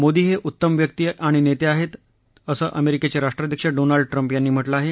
मोदी हे उत्तम व्यक्ती आणि नेते आहेत असं अमेरिकेचे राष्ट्राध्यक्ष डोनाल्ड ट्रम्प यांनी म्हटलं आहे